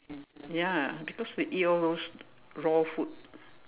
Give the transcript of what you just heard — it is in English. ya because they eat all those raw food